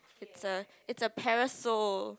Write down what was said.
it's a it's a parasol